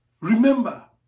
Remember